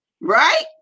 right